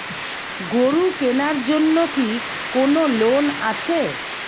গরু কেনার জন্য কি কোন লোন আছে?